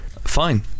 Fine